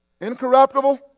incorruptible